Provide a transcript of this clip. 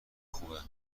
خوبه